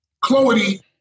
Chloe